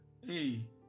hey